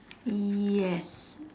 yes